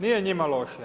Nije njima loše.